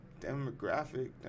Demographic